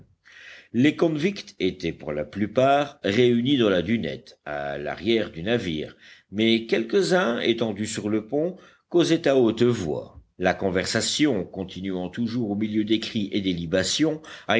les convicts étaient pour la plupart réunis dans la dunette à l'arrière du navire mais quelques-uns étendus sur le pont causaient à haute voix la conversation continuant toujours au milieu des cris et